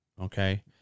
okay